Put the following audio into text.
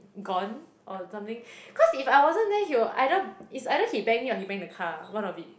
gone or something cause if I wasn't there he will either is either he bang me or he bang the car one of it